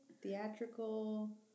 theatrical